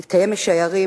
יתקיים משיירים.